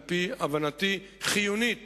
על-פי הבנתי, חיונית